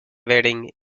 wedding